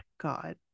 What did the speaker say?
God